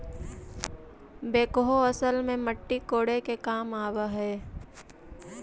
backhoe असल में मट्टी कोड़े के काम आवऽ हई